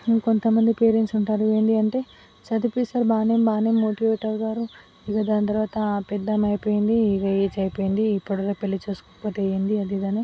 ఇంకొంతమంది పేరెంట్స్ ఉంటారు ఏంటి అంటే చదివిస్తారు బానే బాగానే మోటివేట్ అవుతారు ఇక దాని తరవాత పెద్దామె అయిపోయింది ఇక ఏజ్ అయిపోయింది ఇప్పుడు దాకా పెళ్ళి చేసుకోకపోతే ఏంటి అది ఇది అని